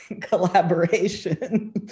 collaboration